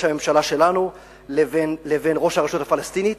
הממשלה שלנו לבין ראש הרשות הפלסטינית,